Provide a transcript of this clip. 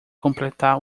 completar